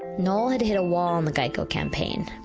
noel had hit a wall on the geico campaign.